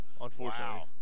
unfortunately